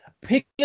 pick